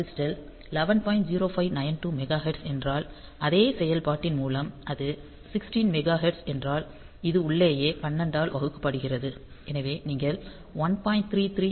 0592 megahertz என்றால் அதே செயல்பாட்டின் மூலம் அது 16 மெகாஹெர்ட்ஸ் என்றால் இது உள்ளேயே 12 ஆல் வகுக்கப்படுகிறது எனவே நீங்கள் 1